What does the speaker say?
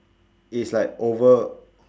it's like over